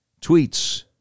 tweets